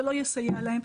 זה לא יסייע להם,